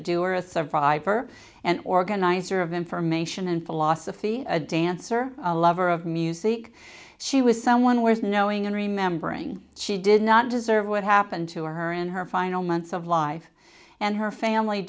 driver an organizer of information and philosophy a dancer a lover of music she was someone worth knowing and remembering she did not deserve what happened to her in her final months of life and her family